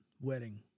wedding